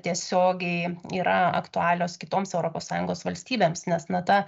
tiesiogiai yra aktualios kitoms europos sąjungos valstybėms nes na ta